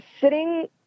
sitting